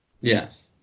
Yes